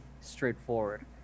straightforward